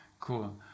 Cool